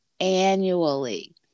annually